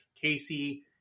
Casey